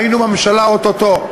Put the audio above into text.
היינו בממשלה, או-טו-טו.